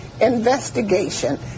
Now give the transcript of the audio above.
investigation